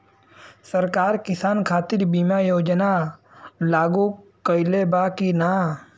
सरकार किसान खातिर बीमा योजना लागू कईले बा की ना?